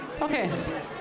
Okay